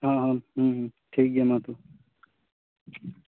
ᱦᱮᱸ ᱦᱮᱸ ᱴᱷᱤᱠ ᱜᱮᱭᱟ ᱢᱟ ᱛᱚᱵᱮ